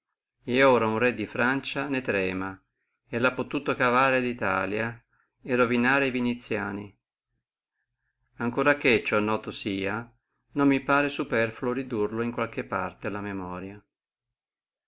et ora uno re di francia ne trema e lo ha possuto cavare di italia e ruinare viniziani la qual cosa ancora che sia nota non mi pare superfluo ridurla in buona parte alla memoria